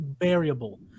variable